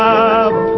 up